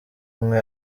umwe